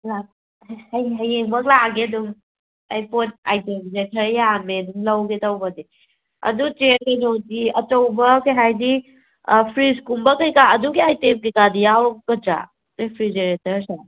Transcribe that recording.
ꯑꯩ ꯍꯌꯦꯡꯃꯛ ꯂꯥꯛꯑꯒꯦ ꯑꯗꯨꯝ ꯑꯩ ꯄꯣꯠ ꯑꯥꯏꯇꯦꯝꯁꯦ ꯈꯔ ꯌꯥꯝꯃꯦ ꯂꯧꯒꯦ ꯇꯧꯕꯅꯦ ꯑꯗꯨ ꯆꯦ ꯀꯩꯅꯣꯗꯤ ꯑꯆꯧꯕ ꯀꯔꯤ ꯍꯥꯏꯅꯤ ꯐ꯭ꯔꯤꯖꯀꯨꯝꯕ ꯀꯩꯀꯥ ꯑꯗꯨꯒꯤ ꯑꯥꯏꯇꯦꯝ ꯀꯩꯀꯥꯗꯤ ꯌꯥꯎꯒꯗ꯭ꯔꯥ ꯔꯤꯐ꯭ꯔꯤꯖꯦꯔꯦꯇꯔꯁꯦ